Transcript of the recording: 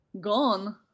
Gone